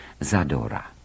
Zadora